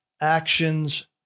actions